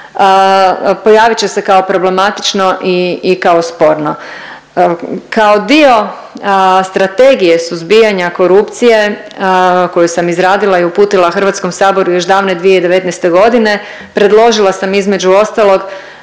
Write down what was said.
pojavit će se kao problematično i kao sporno. Kao dio Strategije suzbijanja korupcije koju sam izradila i uputila HS-u još davne 2019.g. predložila sam između ostalog